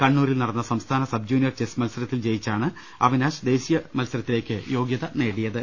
കണ്ണൂരിൽ നടന്ന സംസ്ഥാന സബ് ജൂനിയർ ചെസ് മൽസരത്തിൽ ജയിച്ചാണ് അവിനാശ് ദേശീയ മൽസര ത്തിലേക്ക് യോഗൃത നേടിയത്